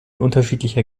unterschiedlicher